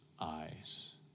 eyes